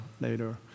later